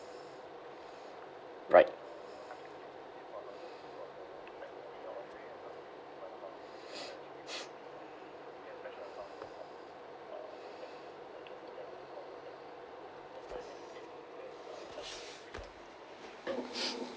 right